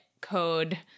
code